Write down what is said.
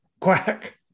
quack